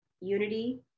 Unity